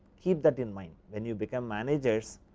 keep that in mind, when you become managers,